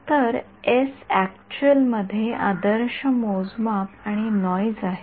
तर एसएक्चुअल मध्ये आदर्श मोजमाप आणि नॉइज आहे